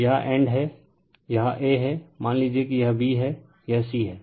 तो यह एन्ड है यह ए है मान लीजिए कि यह बी है यह सी है